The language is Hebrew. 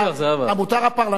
המותר הפרלמנטרי.